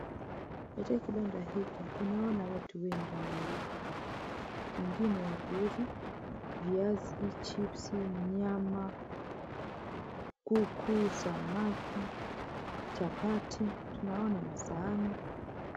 Nje ya kibanda hiki, tunaona watu wengi walioko hapa. Wengine wakiuza viazi, chipsi, nyama, kuku, samaki, chapati. Tunaona masahani.